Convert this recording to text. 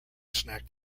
snack